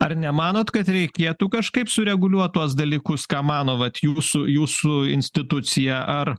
ar nemanot kad reikėtų kažkaip sureguliuot tuos dalykus ką mano vat jūsų jūsų institucija ar